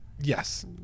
Yes